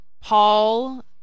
paul